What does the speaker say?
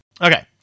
okay